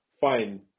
fine